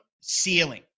ceiling